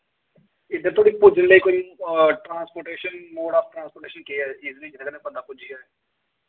इद्धर धोड़ी पुज्जने लेई कोई ट्रांसपोर्टेशन मोड आफ ट्रांसपोर्टेशन केह् ऐ ईजली जेह्दे कन्नै बंदा पुज्जी जाए